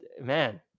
man